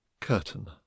Curtain